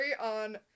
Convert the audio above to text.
on